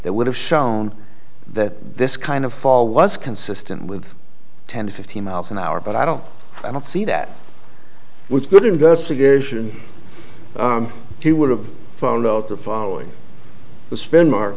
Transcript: that would have shown that this kind of fall was consistent with ten to fifteen miles an hour but i don't i don't see that with good investigation he would have found out the following the sp